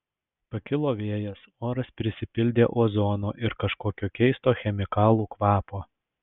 pakilo vėjas oras prisipildė ozono ir kažkokio keisto chemikalų kvapo